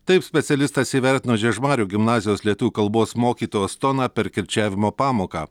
taip specialistas įvertino žiežmarių gimnazijos lietuvių kalbos mokytojos toną per kirčiavimo pamoką